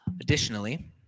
Additionally